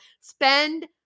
Spend